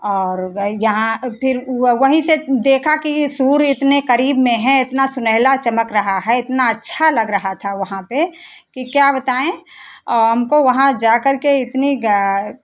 और यहाँ फिर वहीं से देखा कि सूर्य इतने करीब में है इतना सुनहरा चमक रहा है इतना अच्छा लग रहा था वहां पे की क्या बताएं और हमको वहां जा करके इतनी